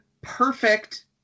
perfect